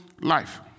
life